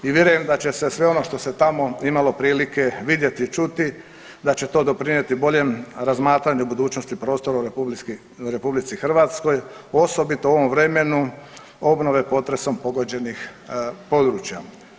I vjerujem da će se sve ono što se tamo imalo prilike vidjeti, čuti da će to doprinijeti boljem razmatranju budućnosti prostora u RH osobito u ovom vremenu obnove potresom pogođenih područja.